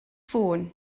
ffôn